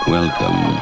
Welcome